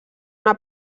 una